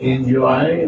Enjoy